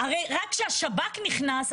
הרי רק כשהשב"כ נכנס,